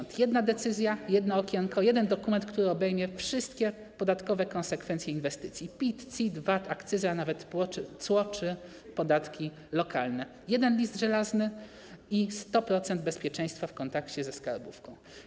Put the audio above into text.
Chodzi o jedną decyzję, jedno okienko, jeden dokument, który obejmie wszystkie podatkowe konsekwencje inwestycji - PIT, CIT, VAT, akcyza, nawet cło czy podatki lokalne, jeden list żelazny i 100% bezpieczeństwa w kontakcie ze skarbówką.